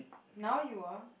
now you are